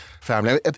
family